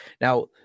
Now